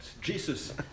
Jesus